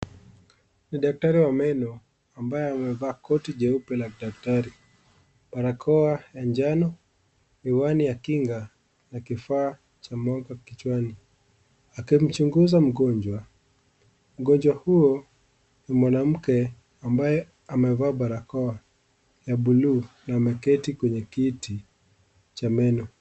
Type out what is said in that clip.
Ni daktari wa meno, ambaye amevaa koti jeupe la daktari, barakoa ya njano, miwani ya kinga na kifaa cha mwanga kichwani, akimchunguza mgonjwa, mgonjwa huo ni mwanamke ambaye amevaa barakoa, ya buluu na ameketi kwenye kiti cha meno.